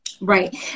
Right